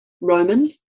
Roman